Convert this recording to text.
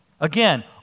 Again